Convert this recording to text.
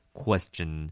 question